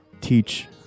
Teach